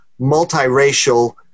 multiracial